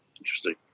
interesting